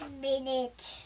minute